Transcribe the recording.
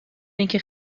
اینکه